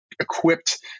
equipped